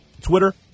Twitter